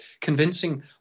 convincing